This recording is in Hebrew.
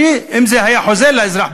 שאם זה היה חוזר לאזרח,